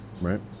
right